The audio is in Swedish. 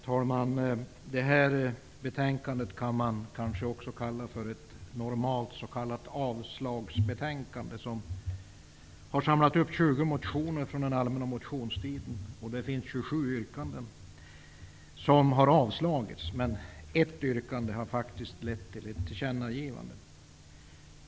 Herr talman! Det här betänkandet kan man kanske också kalla för ett normalt s.k. avslagsbetänkande som har samlat upp 20 motioner från den allmänna motionstiden. Det finns 27 yrkanden som har avslagits, men ett yrkande har faktiskt lett till ett tillkännagivande.